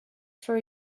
for